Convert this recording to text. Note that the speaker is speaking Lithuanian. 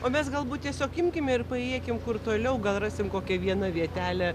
o mes galbūt tiesiog imkim ir paėjėkim kur toliau gal rasim kokią vieną vietelę